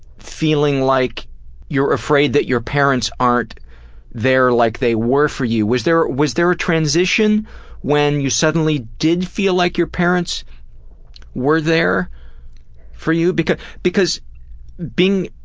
feeling like you're afraid that your parents aren't there like they were for you. was there was there a transition when you suddenly did feel like your parents were there for you? because because being